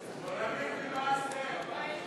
להסיר מסדר-היום